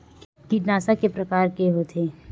कीटनाशक के प्रकार के होथे?